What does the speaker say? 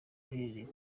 uhereye